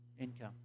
income